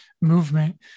movement